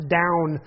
down